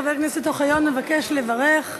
חבר הכנסת אוחיון מבקש לברך.